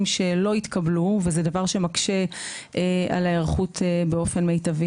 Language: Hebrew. שלא התקבלו וזה דבר שמקשה על ההיערכות באופן מיטבי.